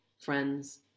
friends